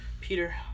Peter